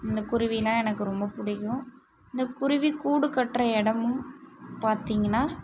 இந்த குருவிலாம் எனக்கு ரொம்ப பிடிக்கும் இந்த குருவிக்கூடு கட்டுகிற இடமும் பார்த்திங்கன்னா